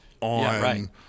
on